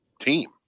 team